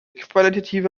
qualitative